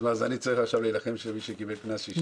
אז אני צריך עכשיו להילחם על זה שמי שקיבל קנס ישלם אותו?